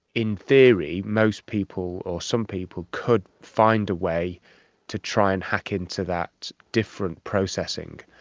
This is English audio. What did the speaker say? in theory, most people or some people could find a way to try and hack into that different processing.